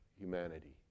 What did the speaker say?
humanity